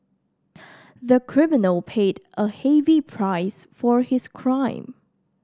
the criminal paid a heavy price for his crime